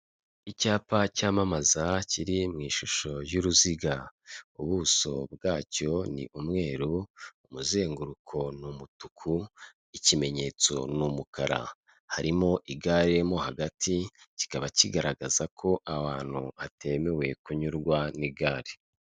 Icyapa cyamamaza kiri mu ishusho y'uruziga, ubuso bwacyo ni umweru, umuzenguruko ni umutuku, ikimenyetso ni umukara, harimo igare mo hagati kikaba kigaragaza ko abantu hatemewe kunyurwa n'igare.